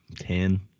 ten